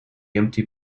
empty